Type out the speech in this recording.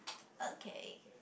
okay